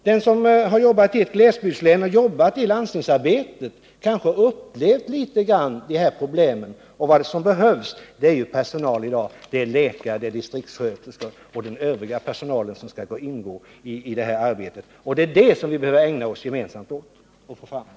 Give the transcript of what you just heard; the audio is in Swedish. Den som har suttit i landstinget i ett glesbygdslän har litet grand upplevt dessa problem. Vad som behövs i dag är alltså personal — läkare, distriktssköterskor och den övriga personal som skall ingå i detta arbete, Det är det vi gemensamt behöver ägna oss åt att få fram.